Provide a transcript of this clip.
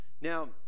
Now